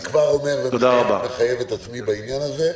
אני כבר אומר ומחייב את עצמי בעניין הזה,